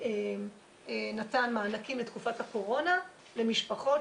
נתן מענקים לתקופת הקורונה למשפחות,